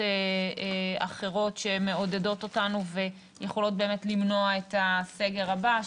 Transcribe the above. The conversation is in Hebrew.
אחרות שמעודדות אותנו ויכולות למנוע את הסגר הבא.